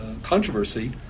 controversy